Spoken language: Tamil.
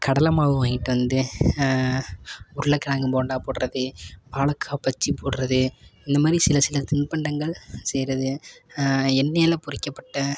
கடலை மாவு வாங்கிட்டு வந்து உருளை கெழங்கு போண்டா போடுறது வாழைக்கா பஜ்ஜி போடுறது இந்த மாதிரி சில சில தின்பண்டங்கள் செய்கிறது எண்ணெயில் பொறிக்கப்பட்ட